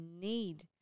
need